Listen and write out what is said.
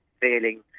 failing